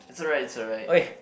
it's alright it's alright